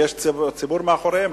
ויש ציבור מאחוריהם,